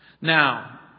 Now